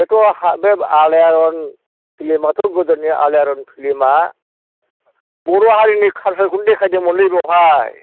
बेथ' हा बे आलायारन फ्लिमआथ' गोदोनि आलायारन फ्लिमआ बर' हारिनि कालसारखौनो देखायदोंमोनलै बेवहाय